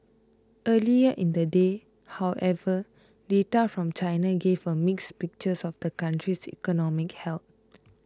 earlier in the day however data from China gave a mixed picture of the country's economic health